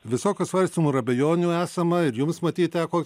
visokių svarstymų ir abejonių esama ir jums matyt teko